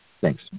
Thanks